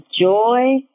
joy